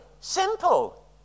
simple